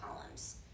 columns